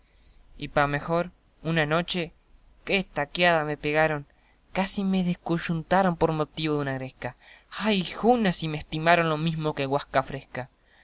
y pa mejor una noche qué estaquiada me pegaron casi me descoyuntaron por motivo de una gresca ahijuna si me estiraron lo mesmo que guasca fresca